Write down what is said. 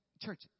church